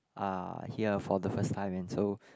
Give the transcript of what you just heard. are here for the first time and so